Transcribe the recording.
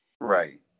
Right